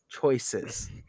choices